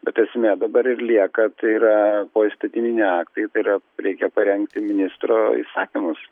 bet esmė dabar ir lieka tai yra poįstatyminiai aktai tai yra reikia parengti ministro įsakymus